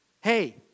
Hey